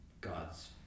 god's